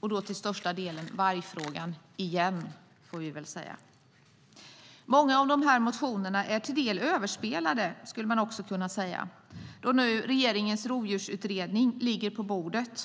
och då till största delen av vargfrågan - igen. Många av motionerna är till del överspelade, skulle man kunna säga, eftersom regeringens rovdjursutredning ligger på bordet.